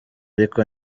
ariko